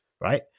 Right